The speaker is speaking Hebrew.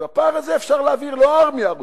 אז בפער הזה אפשר להעביר לא ארמיה רוסית,